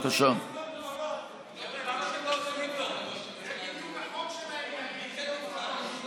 זה בדיוק החוק שלהם, לסתום פיות.